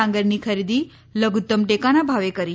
ડાંગરની ખરીદી લઘુતમ ટેકાના ભાવે કરી છે